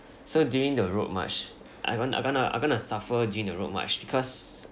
so during the route march I'm going to I'm going to I'm going to suffer during the route march because